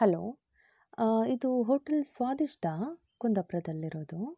hello ಇದು hotel Swadishta ಕುಂದಾಪ್ರದಲ್ಲಿರೋದು